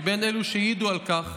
מבין אלו שהעידו על כך,